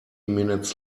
minutes